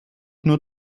nur